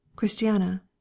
Christiana